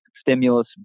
stimulus